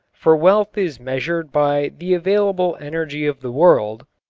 for wealth is measured by the available energy of the world,